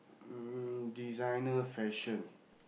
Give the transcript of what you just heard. mm designer fashion